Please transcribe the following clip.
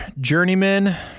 journeyman